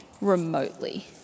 remotely